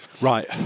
right